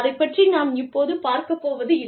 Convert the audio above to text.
அதைப் பற்றி நாம் இப்போது பார்க்கப் போவது இல்லை